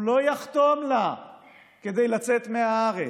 הוא לא יחתום לה כדי לצאת מהארץ.